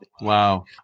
Wow